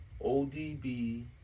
ODB